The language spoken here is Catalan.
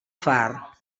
far